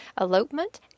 elopement